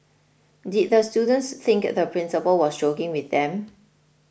did the students think the principal was joking with them